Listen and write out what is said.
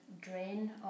drain